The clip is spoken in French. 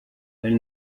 elle